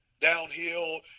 downhill